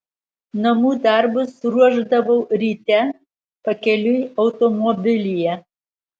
namų darbus ruošdavau ryte pakeliui automobilyje